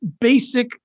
Basic